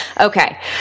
Okay